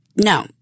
no